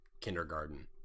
kindergarten